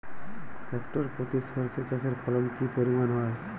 Hectare প্রতি সর্ষে চাষের ফলন কি পরিমাণ হয়?